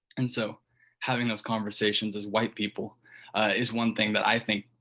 and so having those conversations as white people is one thing that i think,